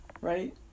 right